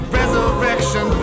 resurrection